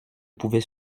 pouvait